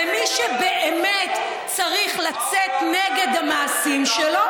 למי שבאמת צריך לצאת נגד המעשים שלו,